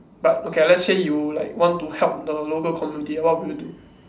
but okay lah let's say you like want to help the local community what would you